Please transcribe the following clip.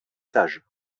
sage